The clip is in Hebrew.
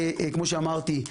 כמו שאמרתי,